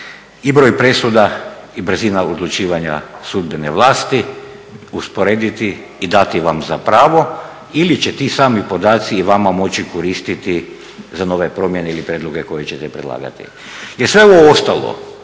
i broj presuda i brzina odlučivanja sudbene vlasti usporediti i dati vam za pravo ili će ti sami podaci i vama moći koristiti za nove promjene i prijedloge koje ćete predlagati. Jer sve ovo ostalo,